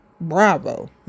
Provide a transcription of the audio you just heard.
Bravo